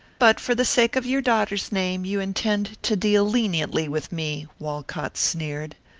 but for the sake of your daughter's name you intend to deal leniently with me, walcott sneered.